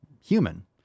human